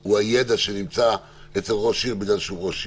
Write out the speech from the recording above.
הוא הידע שנמצא אצל ראש עיר בגלל שהוא ראש עיר.